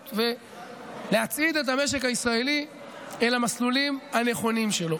ולהצעיד את המשק הישראלי אל המסלולים הנכונים שלו.